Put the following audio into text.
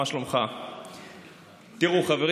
מה שלומך?